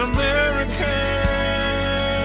American